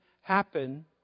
happen